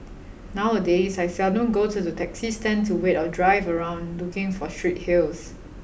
nowadays I seldom go to the taxi stand to wait or drive around looking for street hails